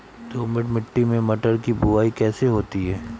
दोमट मिट्टी में मटर की बुवाई कैसे होती है?